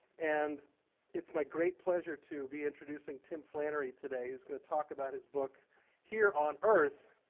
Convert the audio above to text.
and it's my great pleasure to be introducing tim flannery today. he's going to talk about his book here on earth.